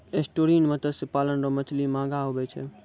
estuarine मत्स्य पालन रो मछली महगो हुवै छै